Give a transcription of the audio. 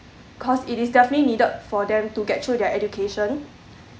cause it is definitely needed for them to get through their education